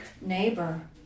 neighbor